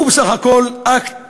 הוא בסך הכול אקט